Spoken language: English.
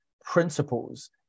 principles